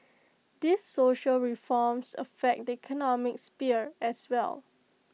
these social reforms affect the economic sphere as well